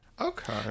okay